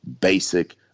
basic